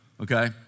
okay